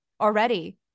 already